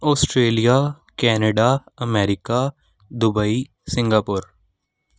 Australia Canada America Dubai Singapore